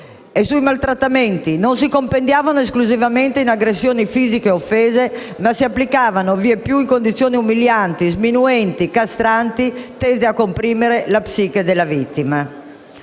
sui maltrattamenti: «Non si compendiavano esclusivamente in aggressioni fisiche o offese, ma si applicavano vieppiù in condizioni umilianti, sminuenti, castranti tese a comprimere la psiche della vittima».